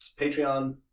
Patreon